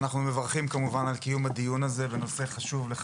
אנחנו מברכים כמובן על קיום הדיון בנושא החשוב הזה,